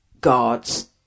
God's